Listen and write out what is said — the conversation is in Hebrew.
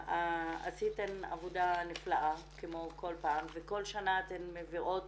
עשיתן עבודה נפלאה כמו כל פעם וכל שנה אתן מביאות